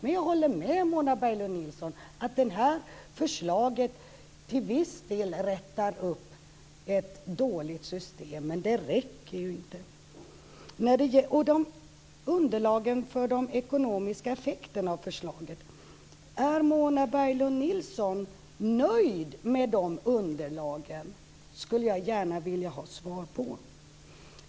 Men jag håller med Mona Berglund Nilsson om att detta förslag till viss del förbättrar ett dåligt system med att det inte räcker. Är Mona Berglund Nilsson nöjd med underlagen för de ekonomiska effekterna av förslaget? Det skulle jag gärna vilja ha svar på.